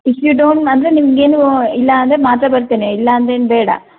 if you don't ಅಂದರೆ ನಿಮ್ಗೆ ಏನೂ ಇಲ್ಲ ಅಂದರೆ ಮಾತ್ರ ಬರ್ತೇನೆ ಇಲ್ಲಾಂದ್ರೇನು ಬೇಡ